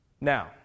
Now